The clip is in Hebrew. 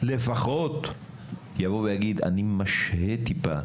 לפחות יבוא ויגיד אני משהה טיפה,